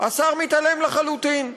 השר מתעלם לחלוטין.